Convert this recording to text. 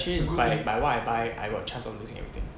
actually by by what I buy I got chance of losing everything